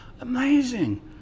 amazing